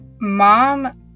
Mom